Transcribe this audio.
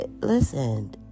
listen